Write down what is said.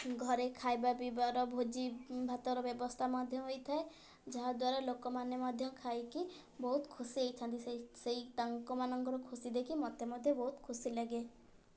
ଘରେ ଖାଇବା ପିଇବାର ଭୋଜି ଭାତର ବ୍ୟବସ୍ଥା ମଧ୍ୟ ହୋଇଥାଏ ଯାହାଦ୍ୱାରା ଲୋକମାନେ ମଧ୍ୟ ଖାଇକି ବହୁତ ଖୁସି ହେଇଥାନ୍ତି ସେଇ ସେଇ ତାଙ୍କ ମାନଙ୍କର ଖୁସି ଦେଖି ମତେ ମଧ୍ୟ ବହୁତ ଖୁସି ଲାଗେ